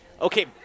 Okay